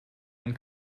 ein